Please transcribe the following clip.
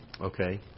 Okay